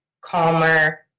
calmer